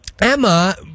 Emma